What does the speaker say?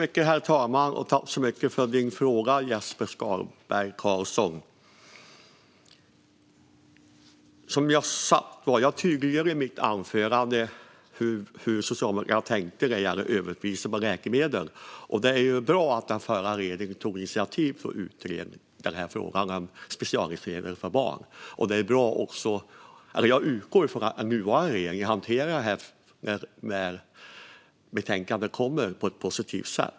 Herr talman! Tack så mycket för din fråga, Jesper Skalberg Karlsson! Jag tydliggjorde i mitt anförande hur Socialdemokraterna tänkte när det gällde överpriser på läkemedel. Det var bra att den förra regeringen tog initiativ till att utreda frågan om speciallivsmedel till barn. Jag utgår också från att den nuvarande regeringen när betänkandet kommer hanterar det på ett positivt sätt.